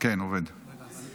וסבל רב.